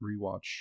rewatch